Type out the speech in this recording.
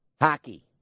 Hockey